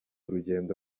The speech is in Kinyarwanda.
urugendo